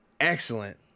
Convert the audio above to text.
excellent